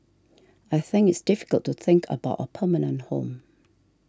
I think it's difficult to think about a permanent home